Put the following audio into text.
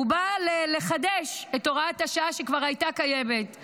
הוא בא לחדש את הוראת השעה שכבר הייתה קיימת,